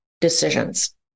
decisions